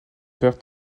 père